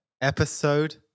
Episode